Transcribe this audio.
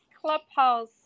Clubhouse